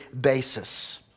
basis